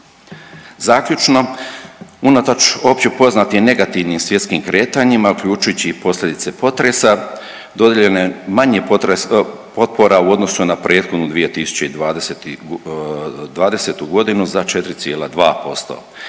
Zaključno, unatoč općepoznatim negativnim svjetskim kretanjima, uključujući i posljedice potresa, dodijeljeno je manje .../nerazumljivo/... potpora u odnosu na prethodnu 2020. g. za 4,2%